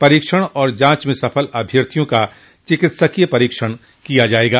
परीक्षण और जांच में सफल अभ्यर्थियों का चिकित्सकीय परीक्षण किया जायेगा